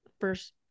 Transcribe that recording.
first